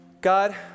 God